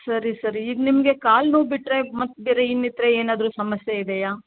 ಸರಿ ಸರಿ ಈಗ ನಿಮಗೆ ಕಾಲು ನೋವು ಬಿಟ್ಟರೆ ಮತ್ತೆ ಬೇರೆ ಇನ್ನಿತರೆ ಏನಾದ್ರೂ ಸಮಸ್ಯೆ ಇದೆಯಾ